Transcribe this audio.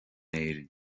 éirinn